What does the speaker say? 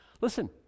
Listen